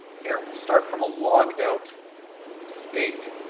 here. we'll start from a logged out state.